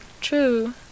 true